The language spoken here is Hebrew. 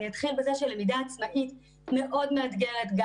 אתחיל בזה שלמידה עצמאית מאוד מאתגרת גם